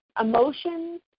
emotions